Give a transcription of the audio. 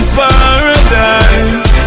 paradise